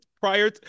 prior